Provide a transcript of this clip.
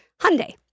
Hyundai